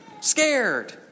scared